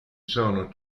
sono